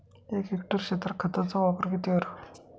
एक हेक्टर क्षेत्रात खताचा वापर किती करावा?